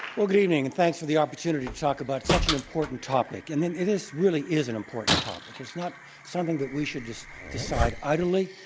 well, good evening. and thanks for the opportunity to talk about such an important topic, and it really is an important topic. it's not something that we should just decide idly.